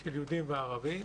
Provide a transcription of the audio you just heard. של יהודים וערבים.